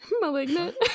malignant